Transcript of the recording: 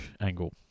angle